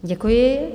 Děkuji.